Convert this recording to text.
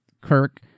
Kirk